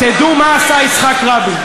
תדעו מה עשה יצחק רבין.